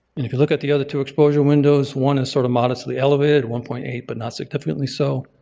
if you look at the other two exposure windows, one is sort of modestly elevated, one point eight, but not significantly so.